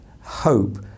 hope